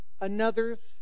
another's